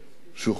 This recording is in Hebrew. שוחררה,